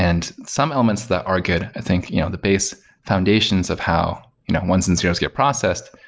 and some elements that are good, i think you know the base foundations of how you know ones and zeroes get processed.